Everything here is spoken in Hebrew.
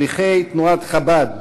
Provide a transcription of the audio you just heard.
שליחי תנועת חב"ד,